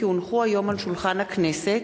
כי הונחו היום על שולחן הכנסת,